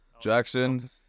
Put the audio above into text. Jackson